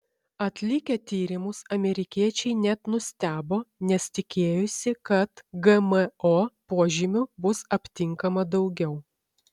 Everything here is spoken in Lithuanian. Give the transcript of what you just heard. atlikę tyrimus amerikiečiai net nustebo nes tikėjosi kad gmo požymių bus aptinkama daugiau